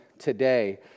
Today